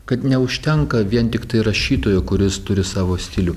kad neužtenka vien tiktai rašytojo kuris turi savo stilių